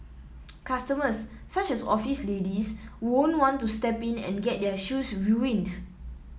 customers such as office ladies won't want to step in and get their shoes ruined